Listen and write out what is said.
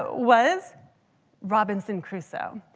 was robinson crusoe.